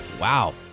wow